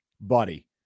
buddy